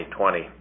2020